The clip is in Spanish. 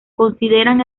consideran